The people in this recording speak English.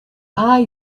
are